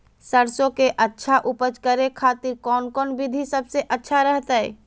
सरसों के अच्छा उपज करे खातिर कौन कौन विधि सबसे अच्छा रहतय?